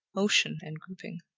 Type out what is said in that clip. motion, and grouping.